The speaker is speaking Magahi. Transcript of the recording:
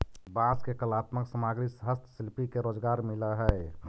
बांस के कलात्मक सामग्रि से हस्तशिल्पि के रोजगार मिलऽ हई